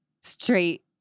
straight